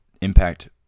impact